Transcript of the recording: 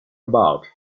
about